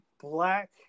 black